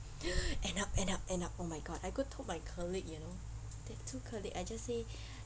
end up end up end up oh my god I go told my colleague you know the two colleage I just say